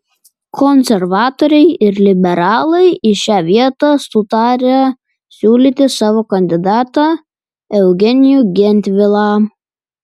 konservatoriai ir liberalai į šią vietą sutarė siūlyti savo kandidatą eugenijų gentvilą